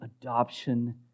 adoption